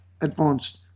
advanced